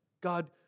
God